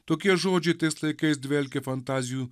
tokie žodžiai tais laikais dvelkė fantazijų